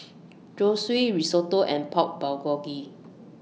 Zosui Risotto and Pork Bulgogi